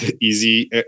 easy